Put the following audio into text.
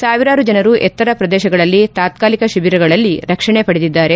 ಸಾವಿರಾರು ಜನರು ಎತ್ತರ ಪ್ರದೇಶಗಳಲ್ಲಿ ತಾತಾಲಿಕ ಶಿಬಿರಗಳಲ್ಲಿ ರಕ್ಷಣೆ ಪಡೆದಿದ್ದಾರೆ